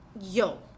yo